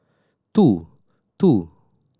two